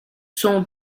son